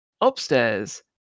Upstairs